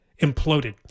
imploded